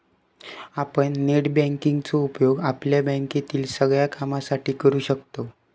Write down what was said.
आपण net banking चो उपयोग आपल्या बँकेतील सगळ्या कामांसाठी करू शकतव